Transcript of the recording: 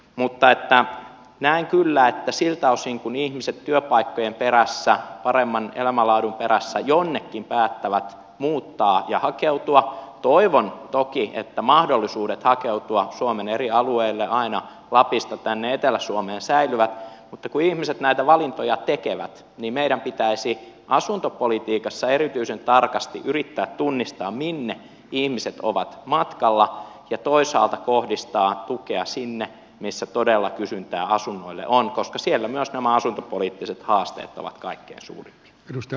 mutta näen kyllä että siltä osin kuin ihmiset työpaikkojen perässä paremman elämänlaadun perässä jonnekin päättävät muuttaa ja hakeutua toivon toki että mahdollisuudet hakeutua suomen eri alueille aina lapista tänne etelä suomeen säilyvät kun ihmiset näitä valintoja tekevät niin meidän pitäisi asuntopolitiikassa erityisen tarkasti yrittää tunnistaa minne ihmiset ovat matkalla ja toisaalta kohdistaa tukea sinne missä todella kysyntää asunnoille on koska siellä myös nämä asuntopoliittiset haasteet ovat kaikkein suurimpia